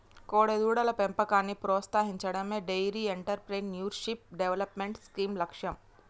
కోడెదూడల పెంపకాన్ని ప్రోత్సహించడమే డెయిరీ ఎంటర్ప్రెన్యూర్షిప్ డెవలప్మెంట్ స్కీమ్ లక్ష్యం